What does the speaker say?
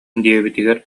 диэбитигэр